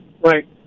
Right